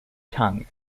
tongue